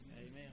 Amen